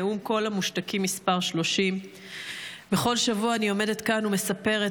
נאום קול המושתקים מס' 30. בכל שבוע אני עומדת כאן ומספרת